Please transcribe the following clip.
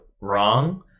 wrong